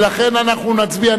ולכן אנחנו נצביע,